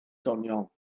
doniol